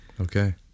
Okay